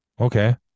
okay